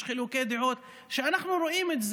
יש חילוקי דעות שאנחנו רואים.